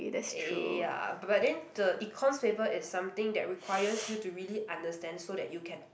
eh ya but then the Econs paper it's something that requires you to really understand so that you can